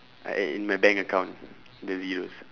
I add in my bank account the zeros